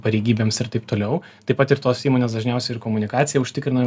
pareigybėms ir taip toliau taip pat ir tos įmonės dažniausiai ir komunikaciją užtikrina